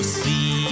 see